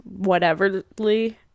whateverly